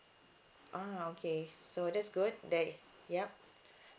ah okay so that's good that i~ ya